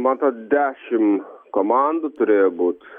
man atrodo dešim komandų turėjo būt